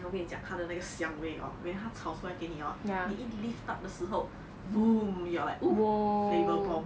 我给你讲他的那个香味 hor 他炒出来给你 hor 你一 lift up 的时候 voom you are like oh flavour bomb